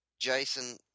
Jason